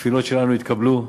התפילות שלנו התקבלו,